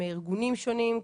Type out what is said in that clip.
מארגונים שונים,